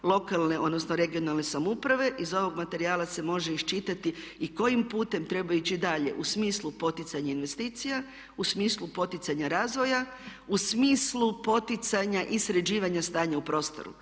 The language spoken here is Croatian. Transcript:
lokalne, odnosno regionalne samouprave. Iz ovog materijala se može iščitati i kojim putem treba ići dalje u smislu poticanje investicija, u smislu poticanja razvoja, u smislu poticanja i sređivanja stanja u prostoru.